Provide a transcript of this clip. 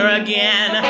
again